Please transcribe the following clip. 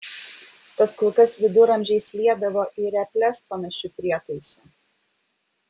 tas kulkas viduramžiais liedavo į reples panašiu prietaisu